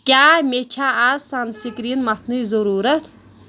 کیاہ مےٚ چھا آز سنسکرین متھنٕچ ضروٗرت ؟